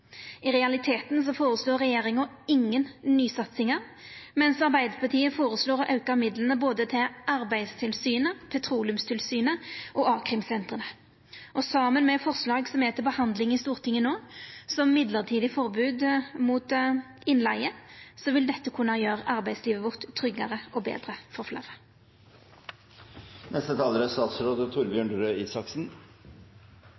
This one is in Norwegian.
I realiteten føreslår regjeringa ingen nysatsingar, mens Arbeidarpartiet føreslår å auka midlane til både Arbeidstilsynet, Petroleumstilsynet og a-krimsentera. Saman med forslag som er til behandling i Stortinget no, som mellombels forbod mot innleige, vil dette kunna gjera arbeidslivet tryggare og betre for